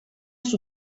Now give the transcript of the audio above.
els